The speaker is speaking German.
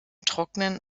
trocknen